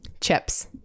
chips